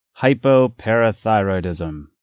hypoparathyroidism